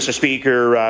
speaker,